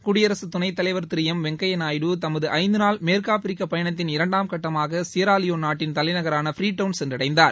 குடியரசு துணைத் தலைவர் திரு எம் வெங்கைய நாயுடு தமது ஐந்து நாள் மேற்காப்பிரிக்க பயணத்தின் இரண்டாம் கட்டமாக சியாரா லியோன் நாட்டின் தலைநகரான ஃபிரிடவுனுக்கு சென்றடைந்தார்